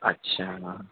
اچھا